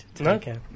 Okay